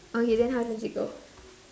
okay then how does it go